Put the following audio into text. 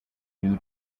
due